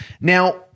Now